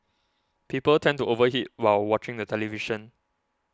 people tend to over eat while watching the television